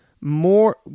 more